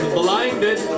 blinded